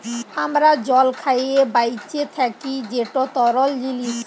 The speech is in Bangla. আমরা জল খাঁইয়ে বাঁইচে থ্যাকি যেট তরল জিলিস